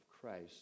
Christ